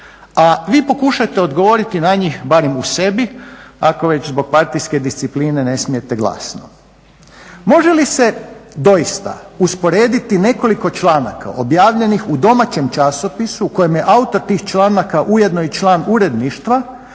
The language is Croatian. a vi pokušajte odgovoriti na njih barem u sebi, ako već zbog partijske discipline ne smijete glasno. Može li se doista usporediti nekoliko članaka objavljenih u domaćem časopisu u kojem je autor tih članaka ujedno i član uredništva